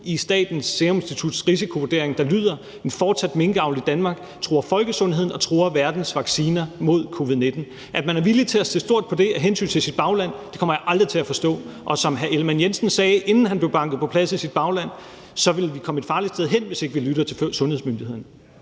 i Statens Serum Instituts risikovurdering, der lyder: En fortsat minkavl i Danmark truer folkesundheden og truer verdens vacciner mod covid-19. At man er villig til at se stort på det af hensyn til sit bagland, kommer jeg aldrig til at forstå. Og som hr. Jakob Ellemann-Jensen sagde, inden han blev banket på plads af sit bagland, så vil vi komme et farligt sted hen, hvis ikke vi lytter til sundhedsmyndighederne.